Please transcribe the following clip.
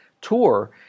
tour